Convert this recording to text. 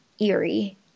eerie